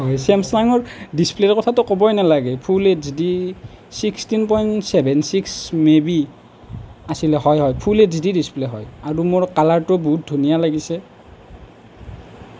চেমচাঙৰ ডিছপ্লেৰ কথাতো ক'বই নালাগে full H D sixteen point seven six maybe আছিলে হয় হয় ফুল এইছ ডি ডিছপ্লে হয় আৰু মোৰ কালাৰটো বহুত ধুনীয়া লাগিছে